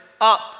up